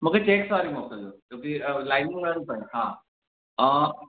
मूंखे चेक्स वारी मोकिलिजो छोकि लाइनियूं हा ऐं